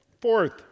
Fourth